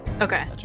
Okay